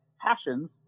passions